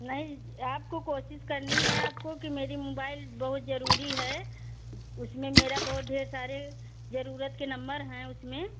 नही आपको कोशिश करनी है आपको कि मेरी मुबाइल बहुत ज़रूरी है उसमें मेरा बहुत ढेर सारे जरूरत के नम्बर हैं उसमें